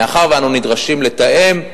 מאחר שאנו נדרשים לתאם,